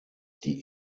die